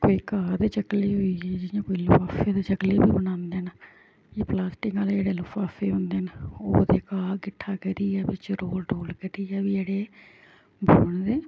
कोई घाह् दी चक्ली होई गेई जियां कोई लफाफे दी चक्ली बी बनांदे न एह् प्लास्टिक आह्ले जेह्ड़े लफाफे होंदे न ओह्दे घाह् किट्ठा करियै बेच्च रोल डोल करियै बी जेह्ड़े बुनदे